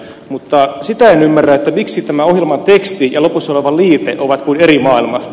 mutta sitä en ymmärrä miksi tämä ohjelman teksti ja lopussa oleva liite ovat kuin eri maailmasta